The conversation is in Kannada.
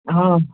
ಹಾಂ